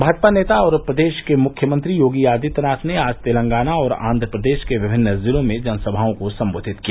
भाजपा नेता और प्रदेश के मुख्यमंत्री योगी आदित्यनाथ ने आज तेलंगाना और आंध्र प्रदेश के विभिन्न जिलों में जनसमाओं को संबोधित किया